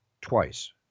twice